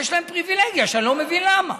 יש להם פריבילגיה, ואני לא מבין למה.